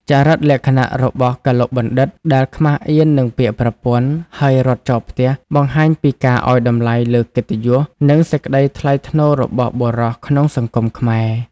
ចរិតលក្ខណៈរបស់កឡុកបណ្ឌិត្យ ដែលខ្មាសអៀននឹងពាក្យប្រពន្ធ ហើយរត់ចោលផ្ទះ បង្ហាញពីការឱ្យតម្លៃលើកិត្តិយស និងសេចក្តីថ្លៃថ្នូររបស់បុរសក្នុងសង្គមខ្មែរ។